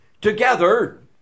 Together